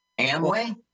Amway